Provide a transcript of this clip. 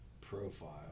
profile